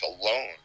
alone